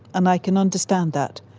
and i can understand that.